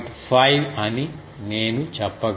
5 అని నేను చెప్పగలను